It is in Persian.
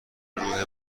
روح